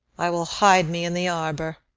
i will hide me in the arbour.